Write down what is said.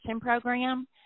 program